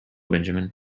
benjamin